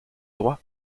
droit